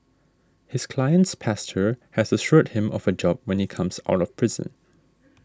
his client's pastor has assured him of a job when he comes out of prison